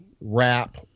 wrap –